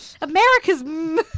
America's